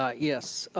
ah yes,